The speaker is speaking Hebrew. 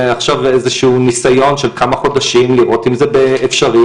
עכשיו זה ניסיון של כמה חודשים לראות אם זה אפשרי.